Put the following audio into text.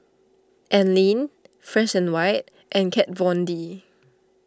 Anlene Fresh and White and Kat Von D